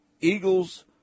Eagles